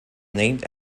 named